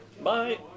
Bye